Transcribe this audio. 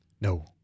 No